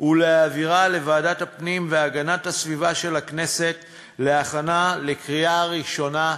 ולהעבירה לוועדת הפנים והגנת הסביבה של הכנסת להכנה לקריאה ראשונה.